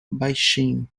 baixinho